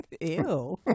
Ew